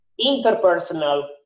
interpersonal